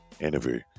interview